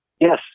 Yes